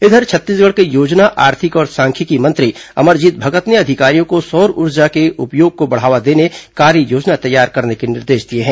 इधर छत्तीसगढ़ के योजना आर्थिक और सांख्यिकी मंत्री अमरजीत भगत ने अधिकारियों को सौर ऊ ज ा के उपयोग को बढ़ावा देने कार्ययोजना तैयार करने के निर्देश दिए हैं